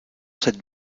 cette